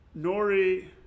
Nori